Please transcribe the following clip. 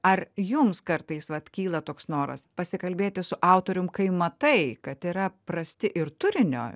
ar jums kartais vat kyla toks noras pasikalbėti su autorium kai matai kad yra prasti ir turinio